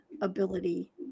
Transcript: ability